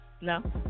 No